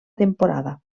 temporada